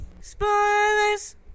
Spoilers